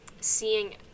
seeing